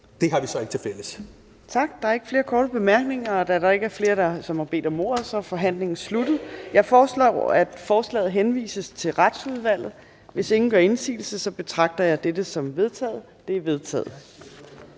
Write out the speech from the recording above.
næstformand (Trine Torp): Tak. Der er ikke flere korte bemærkninger. Da der ikke er flere, som har bedt om ordet, er forhandlingen sluttet. Jeg foreslår, at forslaget henvises til Retsudvalget. Hvis ingen gør indsigelse, betragter jeg dette som vedtaget. Det er vedtaget.